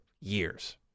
years